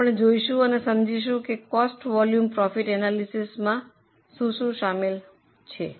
હવે આપણે જોઈશું અને સમજહીશું કે કોસ્ટ વોલ્યુમ પ્રોફિટ એનાલિસિસમાં શું શામેલ છે